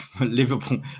Liverpool